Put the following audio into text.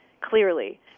clearly